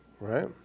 right